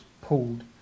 pulled